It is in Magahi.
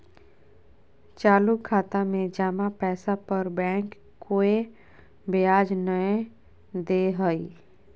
चालू खाता में जमा पैसा पर बैंक कोय ब्याज नय दे हइ